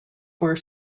were